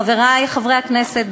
חברי חברי הכנסת,